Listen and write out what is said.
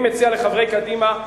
אני מציע לחברי קדימה,